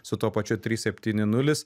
su tuo pačiu trys septyni nulis